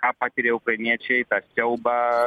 ką patiria ukrainiečiai tą siaubą